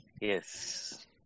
Yes